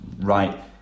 right